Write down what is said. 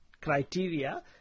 criteria